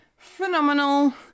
phenomenal